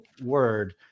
word